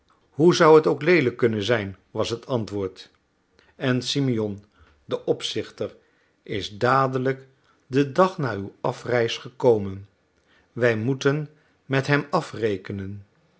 hoe zou het ook leelijk kunnen zijn was het antwoord en simeon de opzichter is dadelijk den dag na uw afreis gekomen wij moeten met hem afrekenen